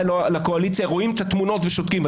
לקואליציה רואים את התמונות ושותקים,